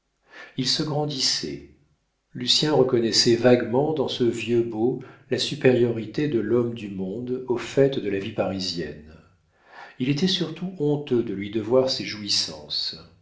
il se grandissait lucien reconnaissait vaguement dans ce vieux beau la supériorité de l'homme du monde au fait de la vie parisienne il était surtout honteux de lui devoir ses jouissances